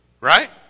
right